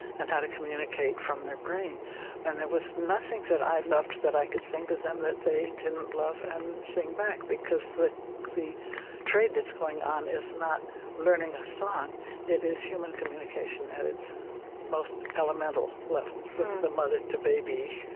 and how to communicate from their brain and there was nothing that i loved that i could sing to them that they didn't love and sing back because the trade trade that's going on is not learning a song it is human communication at its most elemental level, from the mother to baby,